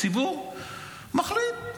הציבור מחליט.